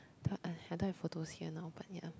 I don't have photos here now but ya